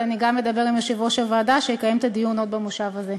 ואני גם אדבר עם יושב-ראש הוועדה שיקיים את הדיון עוד במושב הזה.